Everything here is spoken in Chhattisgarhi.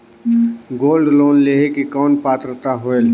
गोल्ड लोन लेहे के कौन पात्रता होएल?